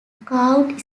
carved